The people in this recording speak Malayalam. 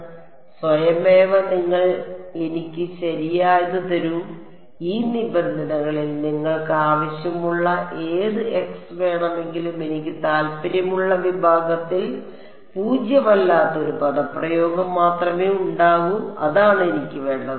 അതിനാൽ സ്വയമേവ നിങ്ങൾ എനിക്ക് ശരിയായത് തരൂ ഈ നിബന്ധനകളിൽ നിങ്ങൾക്ക് ആവശ്യമുള്ള ഏത് x വേണമെങ്കിലും എനിക്ക് താൽപ്പര്യമുള്ള വിഭാഗത്തിൽ പൂജ്യമല്ലാത്ത ഒരു പദപ്രയോഗം മാത്രമേ ഉണ്ടാകൂ അതാണ് എനിക്ക് വേണ്ടത്